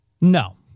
No